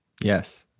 Yes